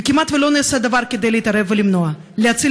וכמעט לא נעשה דבר כדי להתערב ולמנוע ולהציל